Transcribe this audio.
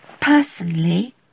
personally